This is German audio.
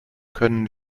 können